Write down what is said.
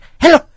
hello